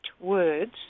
words